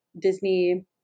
Disney